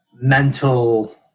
mental